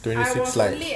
twenty six likes